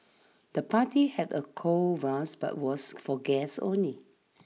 the party had a cool but was for guests only